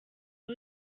rwa